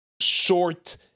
short